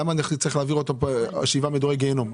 למה צריך להעביר אותו שבעה מדורי גהינום?